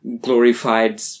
glorified